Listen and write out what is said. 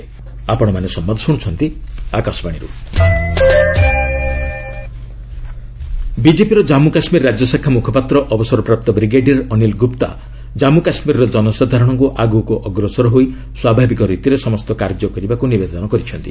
JK BJP ବିଜେପିର ଜାମ୍ମୁ କାଶ୍ମୀର ରାଜ୍ୟ ଶାଖା ମୁଖପାତ୍ର ଅବସରପ୍ରାପ୍ତ ବ୍ରିଗେଡିୟର ଅନୀଲ ଗୁପ୍ତା ଜାନ୍ମୁ କାଶ୍ମୀରର ଜନସାଧାରଣଙ୍କୁ ଆଗକୁ ଅଗ୍ରସର ହୋଇ ସ୍ୱାଭାବିକ ରୀତିରେ ସମସ୍ତ କାର୍ଯ୍ୟ କରିବାକୁ ନିବେଦନ କରିଛନ୍ତି